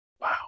Wow